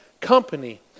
Company